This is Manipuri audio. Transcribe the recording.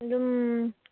ꯑꯗꯨꯝ